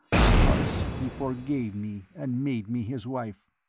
because he forgave me and made me his wife.